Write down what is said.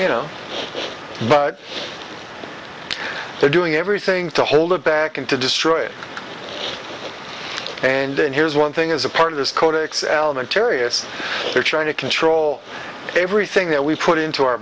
you know but they're doing everything to hold it back and to destroy it and then here's one thing as a part of this codex alimentarius they're trying to control everything that we put into our